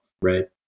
right